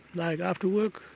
like after work.